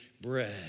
bread